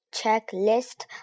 checklist